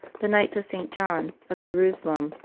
the knights of st. john of jerusalem,